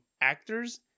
actors